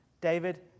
David